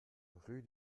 rue